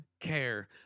care